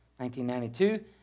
1992